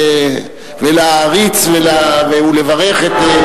להעריץ ולברך.